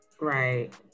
Right